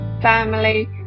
family